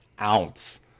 ounce